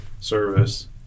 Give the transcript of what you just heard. service